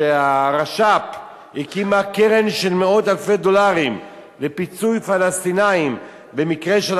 הרש"פ הקימה קרן של מאות אלפי דולרים לפיצוי פלסטינים במקרה של